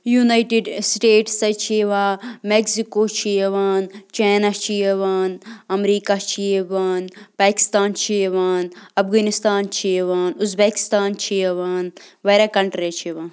United States حظ چھِ یِوان مٮ۪گزِکو چھِ یِوان چَینا چھِ یِوان اَمریٖکا چھِ یِوان پاکِستان چھِ یِوان اَفغٲنِستان چھِ یِوان اُزبیکِستان چھِ یِوان واریاہ کَنٹِرٛیز چھِ یِوان